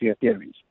theories